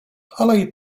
ale